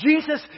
Jesus